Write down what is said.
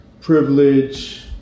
privilege